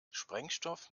sprengstoff